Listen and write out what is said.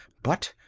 but,